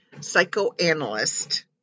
psychoanalyst